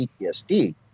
ptsd